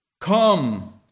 come